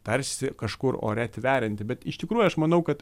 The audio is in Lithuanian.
tarsi kažkur ore tverianti bet iš tikrųjų aš manau kad